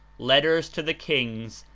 letters to the kings,